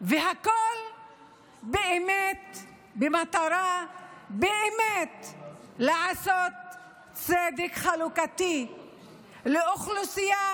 והכול באמת במטרה לעשות צדק חלוקתי לאוכלוסייה